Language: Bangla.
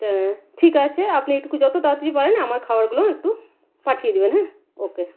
তা ঠিক আছে আপনি একটুকু যত তাড়াতাড়ি পারেন আমার খাবারগুলো একটু পাঠিয়ে দিবেন হ্যাঁ ওকে